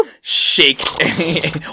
Shake